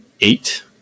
eight